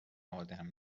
آدم